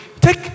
Take